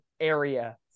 area